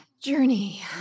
journey